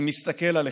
אני מסתכל עליכם,